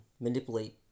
manipulate